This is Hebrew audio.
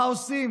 מה עושים